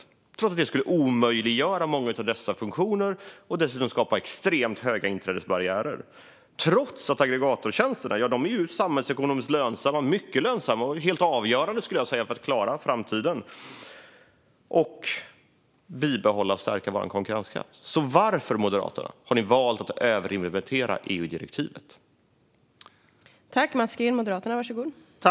Detta gör ni trots att det skulle omöjliggöra många av dessa funktioner och dessutom skapa extremt höga inträdesbarriärer - och trots att aggregatortjänsterna är samhällsekonomiskt mycket lönsamma och, skulle jag säga, helt avgörande för att vi ska klara framtiden samt bibehålla och stärka vår konkurrenskraft. Varför har ni valt att överimplementera EU-direktivet, Moderaterna?